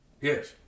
Yes